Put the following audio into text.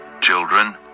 Children